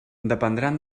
dependran